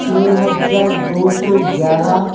छः हजार दौ सौ ग्यारह